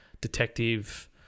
detective